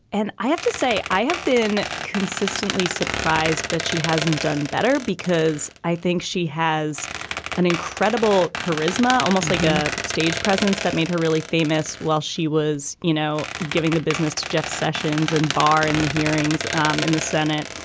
and i have to say, i have been consistently surprised that she hasn't done better, because i think she has an incredible charisma, almost like a stage presence that made her really famous while she was, you know, giving the business to jeff sessions and bar in the hearings um in the senate.